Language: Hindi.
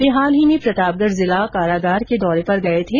वे हाल ही में प्रतापगढ़ जिला कारागार के दौरे पर गए थे